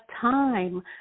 time